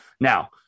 Now